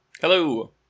Hello